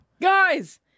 GUYS